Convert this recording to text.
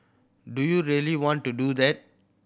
do you really want to do that